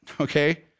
okay